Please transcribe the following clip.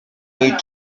need